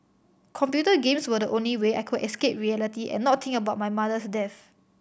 computer games were the only way I could escape reality and not think about my mother's death